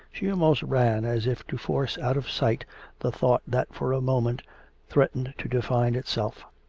she almost ran as if to force out of sight the thought that for a moment threatened to define itself.